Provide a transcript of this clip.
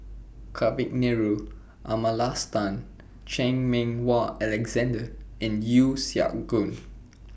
Kavignareru Amallathasan Chan Meng Wah Alexander and Yeo Siak Goon